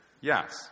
yes